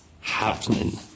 Happening